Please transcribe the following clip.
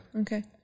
Okay